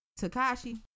Takashi